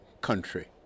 country